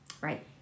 Right